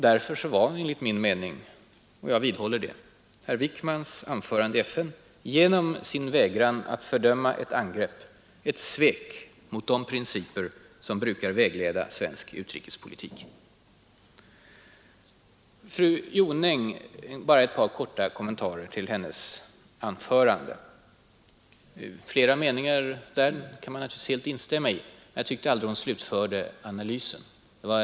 Därför var enligt min mening herr Wickmans anförande i FN genom hans vägran att fördöma ett angrepp ett svek mot de principer som brukar vägleda svensk utrikespolitik. Bara ett par korta kommentarer till fru Jonängs anförande. I flera av meningarna där kan man naturligtvis helt instämma, men jag tyckte att hon aldrig slutförde analysen.